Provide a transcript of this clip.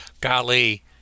golly